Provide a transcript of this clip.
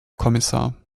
kommissar